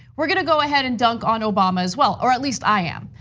we're gonna go ahead and dunk on obama as well, or at least, i am.